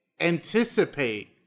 anticipate